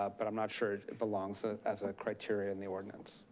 but i'm not sure it belongs as a criteria in the ordinance.